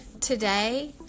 Today